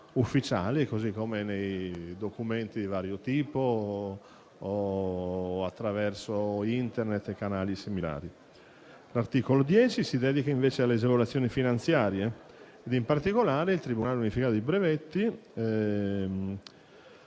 ufficiali, così come nei documenti di vario tipo o attraverso Internet e canali similari. L'articolo 10 si dedica invece alle agevolazioni finanziarie, in particolare il Tribunale unificato dei brevetti